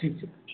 ठीक छै